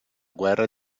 guerra